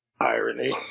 Irony